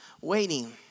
waiting